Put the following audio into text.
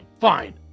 Fine